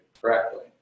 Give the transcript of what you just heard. correctly